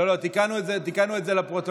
לא, לא, תיקנו את זה לפרוטוקול,